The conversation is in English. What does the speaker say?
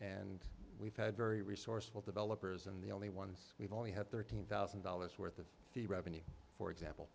and we've had very resourceful developers and the only ones we've only had thirteen thousand dollars worth of revenue for example